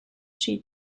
she